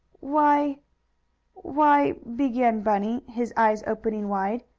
why why, began bunny, his eyes opening wide.